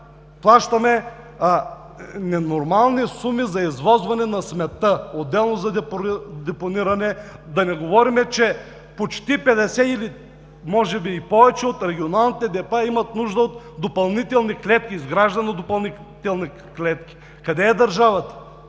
плащаме ненормални суми за извозване на сметта, отделно за депониране – да не говорим, че почти 50 или може би и повече от регионалните депа имат нужда от изграждане на допълнителни клетки. Къде е държавата?